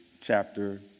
chapter